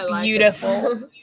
beautiful